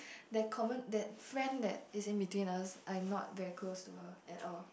that common that friend that is between us I not very close to her at all